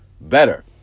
better